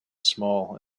small